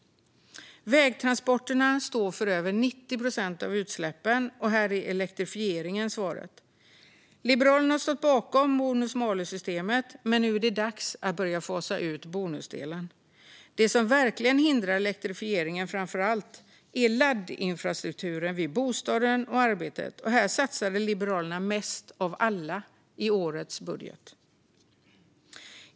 Vägtransporterna står för över 90 procent av utsläppen, och här är elektrifieringen svaret. Liberalerna har stått bakom bonus-malus-systemet, men nu är det dags att börja fasta ut bonusdelen. Det som framför allt hindrar elektrifieringen är laddinfrastrukturen vid bostaden och arbetet, och här satsade Liberalerna mest av alla i årets budget.